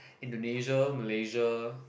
Indonesia Malaysia